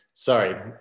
Sorry